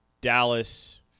Dallas